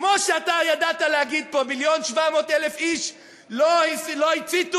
כמו שאתה ידעת להגיד פה ש-1.7 מיליון איש לא הציתו,